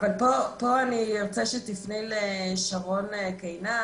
פה אני ארצה שתפני לשרון קינן,